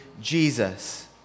Jesus